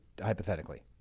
hypothetically